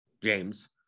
James